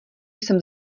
jsem